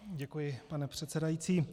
Děkuji, pane předsedající.